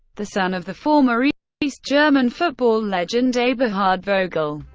the son of the former east german football legend eberhard vogel.